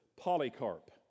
Polycarp